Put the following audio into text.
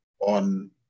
on